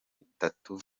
bitatu